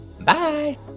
Bye